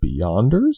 Beyonders